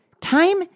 Time